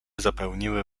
zapełniły